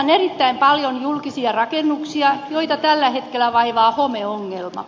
on erittäin paljon julkisia rakennuksia joita tällä hetkellä vaivaa homeongelma